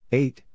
eight